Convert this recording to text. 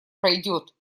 пройдет